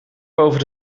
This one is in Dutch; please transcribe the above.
boven